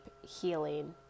healing